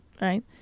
right